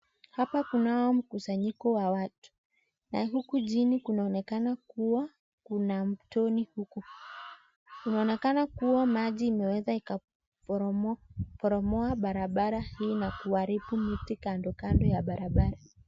Hapa kunao mkusanyiko wa watu na huku chini kunaonekana kuwa kuna mtoni huku. Kunaonekana kuwa maji imeweza ikaporomoa barabara hii na kuharibu miti kando kando ya barabara.